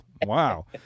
Wow